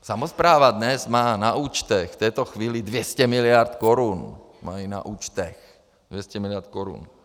Samospráva dnes má na účtech v této chvíli 200 mld. korun mají na účtech 200 mld. korun.